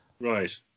Right